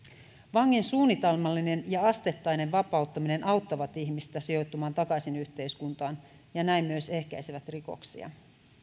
vangin suunnitelmallinen ja asteittainen vapauttaminen auttaa ihmistä sijoittumaan takaisin yhteiskuntaan ja näin myös ehkäisee rikoksia